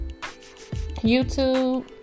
YouTube